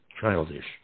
Childish